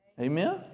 Amen